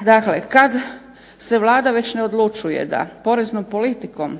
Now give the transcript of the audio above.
Dakle, kad se Vlada već ne odlučuje da poreznom politikom